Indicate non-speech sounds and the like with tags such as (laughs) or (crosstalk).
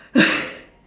(laughs)